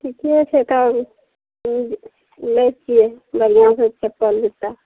ठीके छै तब लै छियै बढ़िआँसँ चप्पल जूता